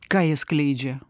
ką jie skleidžia